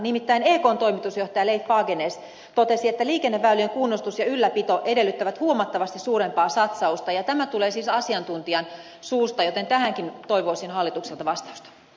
nimittäin ekn toimitusjohtaja leif fagernäs totesi että liikenneväylien kunnostus ja ylläpito edellyttävät huomattavasti suurempaa satsausta ja tämä tulee siis asiantuntijan suusta joten tähänkin toivoisin hallitukselta vastausta